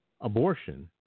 abortion